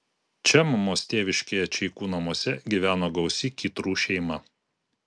čia mamos tėviškėje čeikų namuose gyveno gausi kytrų šeima